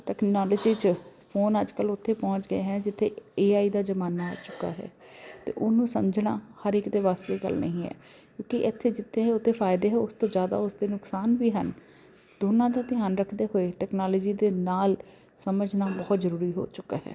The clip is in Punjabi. ਟੈਕਨੋਲਜੀ 'ਚ ਫੋਨ ਅੱਜ ਕੱਲ੍ਹ ਉੱਥੇ ਪਹੁੰਚ ਗਏ ਹੈ ਜਿੱਥੇ ਏ ਆਈ ਦਾ ਜ਼ਮਾਨਾ ਆ ਚੁੱਕਾ ਹੈ ਅਤੇ ਉਹਨੂੰ ਸਮਝਣਾ ਹਰ ਇੱਕ ਦੇ ਵੱਸ ਦੀ ਗੱਲ ਨਹੀਂ ਹੈ ਕਿਉਂਕਿ ਇੱਥੇ ਜਿੱਥੇ ਉਹਦੇ ਫਾਇਦੇ ਹੈ ਉਸ ਤੋਂ ਜ਼ਿਆਦਾ ਉਸ ਦੇ ਨੁਕਸਾਨ ਵੀ ਹਨ ਦੋਨਾਂ ਦਾ ਧਿਆਨ ਰੱਖਦੇ ਹੋਏ ਟੈਕਨਾਲੋਜੀ ਦੇ ਨਾਲ ਸਮਝਣਾ ਬਹੁਤ ਜ਼ਰੂਰੀ ਹੋ ਚੁੱਕਾ ਹੈ